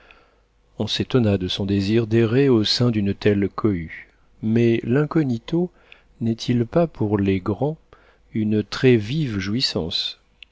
on s'étonna de son désir d'errer au sein d'une telle cohue mais l'incognito n'est-il pas pour les grands une très vive jouissance